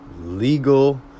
legal